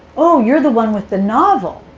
oh, you're the one with the novel.